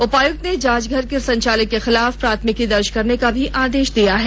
उपायुक्त ने जांच घर के संचालक के खिलाफ प्राथमिकी दर्ज करने का भी आदेश दिया है